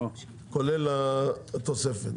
כולל התוספת?